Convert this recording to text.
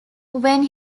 when